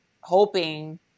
hoping